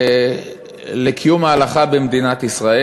לקיום ההלכה במדינת ישראל.